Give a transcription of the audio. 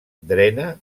drena